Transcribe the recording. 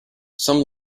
some